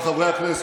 איזה כוח?